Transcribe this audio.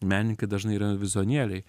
menininkai dažnai yra vizionieriai